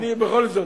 בכל זאת,